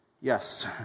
Yes